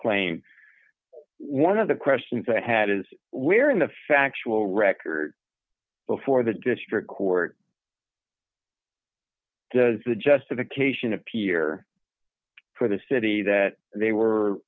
claim one of the questions i had is where in the factual record before the district court does the justification appear for the city that they were